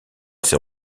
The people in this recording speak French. ses